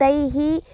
तैः